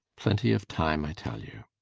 plenty of time, i tell you.